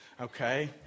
Okay